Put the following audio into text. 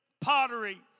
pottery